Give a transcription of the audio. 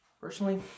Personally